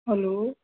hello